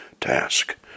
task